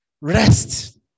Rest